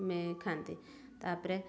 ଖାଆନ୍ତି ତାପରେ